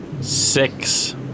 Six